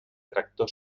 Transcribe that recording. tractor